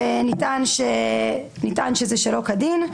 נטען שזה לא כדין.